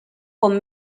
com